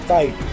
Fight